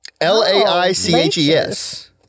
L-A-I-C-H-E-S